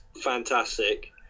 fantastic